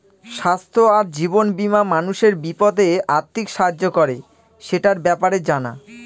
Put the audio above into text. স্বাস্থ্য আর জীবন বীমা মানুষের বিপদে আর্থিক সাহায্য করে, সেটার ব্যাপারে জানা